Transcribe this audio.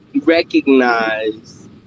recognize